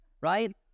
Right